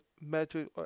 metric